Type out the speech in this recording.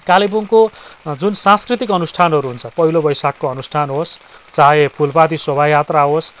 कालेबुङको जुन सांस्कृतिक अनुष्ठानहरू हुन्छ पहिलो बैसाखको अनुष्ठआन होस् चाहे फुलपाती शोभायात्रा होस्